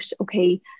okay